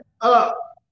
up